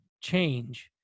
change